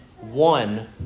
one